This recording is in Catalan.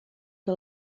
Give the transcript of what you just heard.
que